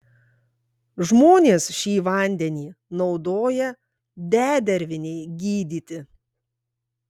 žmonės šį vandenį naudoja dedervinei gydyti